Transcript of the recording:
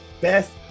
best